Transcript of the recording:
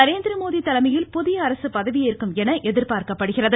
நரேந்திரமோடி தலைமையில் புதிய அரசு பதவியேற்கும் என எதிர்பார்க்கப்படுகிறது